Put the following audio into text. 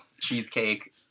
cheesecake